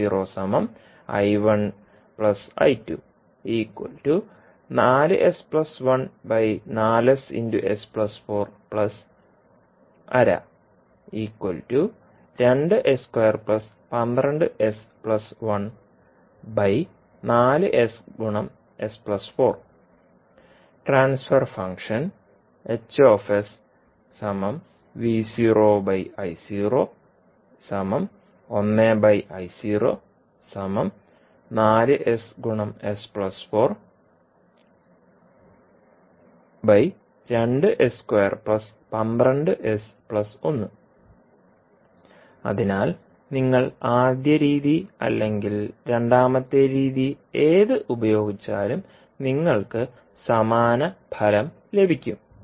transfer function അതിനാൽ നിങ്ങൾ ആദ്യ രീതി അല്ലെങ്കിൽ രണ്ടാമത്തെ രീതി ഏത് ഉപയോഗിച്ചാലും നിങ്ങൾക്ക് സമാന ഫലം ലഭിക്കും